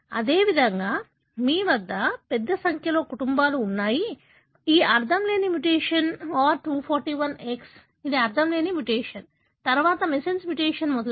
అదేవిధంగా మీ వద్ద పెద్ద సంఖ్యలో కుటుంబాలు ఉన్నాయి ఈ అర్ధంలేని మ్యుటేషన్ R241X ఇది అర్ధంలేని మ్యుటేషన్ తరువాత మిస్సెన్స్ మ్యుటేషన్ మొదలైనవి